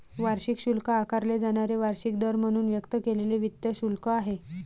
वार्षिक शुल्क आकारले जाणारे वार्षिक दर म्हणून व्यक्त केलेले वित्त शुल्क आहे